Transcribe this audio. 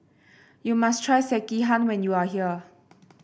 you must try Sekihan when you are here